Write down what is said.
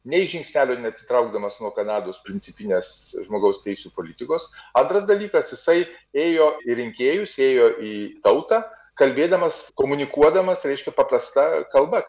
nė žingsnelio neatsitraukdamas nuo kanados principinės žmogaus teisių politikos antras dalykas jisai ėjo į rinkėjus ėjo į tautą kalbėdamas komunikuodamas reiškia paprasta kalba